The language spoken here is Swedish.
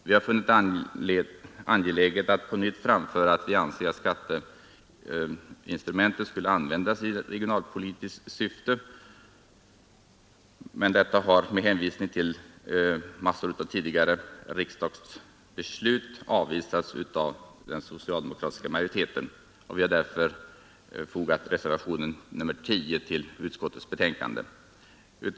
Vi har funnit det angeläget att på nytt framföra att vi anser att skatteinstrumentet bör användas i regionalpolitiskt syfte. Den socialdemokratiska utskottsmajoriteten har med hänvisning till tidigare riksdagsbeslut avvisat det kravet. Vi har därför fogat reservationen 10 vid utskottsbetänkandet.